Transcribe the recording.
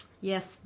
Yes